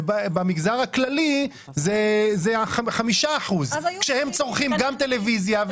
ובמגזר הכללי זה 5% כשהם צורכים גם טלוויזיה.